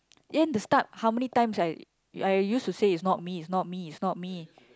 in the start how many times I I used to say it's not me it's not me it's not me